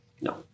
no